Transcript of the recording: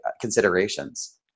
considerations